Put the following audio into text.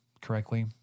correctly